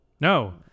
No